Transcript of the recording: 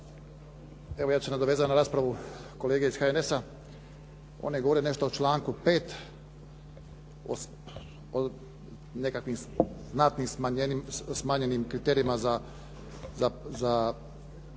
Evo ja ću vezano na raspravu kolege iz HNS-a, on je govorio nešto o članku 5. o nekakvim znatnim smanjenim kriterijima za časnike,